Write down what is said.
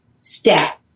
step